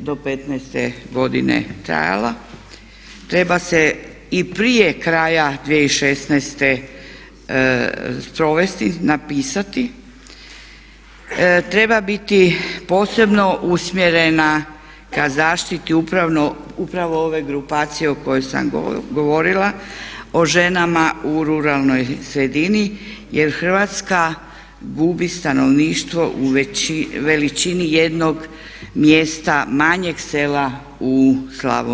do 2015. trajala, treba se i prije kraja 2016. sprovesti, napisati, treba biti posebno usmjerena ka zaštiti upravo ove grupacije o kojoj sam govorila o ženama u ruralnoj sredini jer Hrvatska gubi stanovništvo u veličini jednog mjesta manjeg sela u Slavoniji.